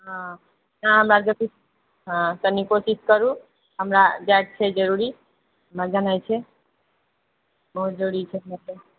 हँ कनि कोशिश करु हमरा जाएके छै जरुरी हमरा जेनाइ छै बहुत जरुरी छै